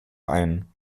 ein